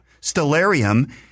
Stellarium